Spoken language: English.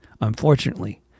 Unfortunately